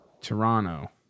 Toronto